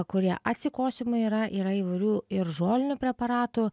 kurie atsikosėjimui yra yra įvairių ir žolinių preparatų